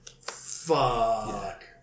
Fuck